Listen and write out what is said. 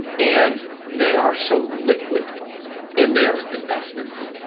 and they are so liquid in their investments,